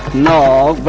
no